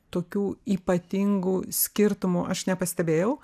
tokių ypatingų skirtumų aš nepastebėjau